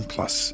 Plus